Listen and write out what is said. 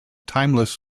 timeless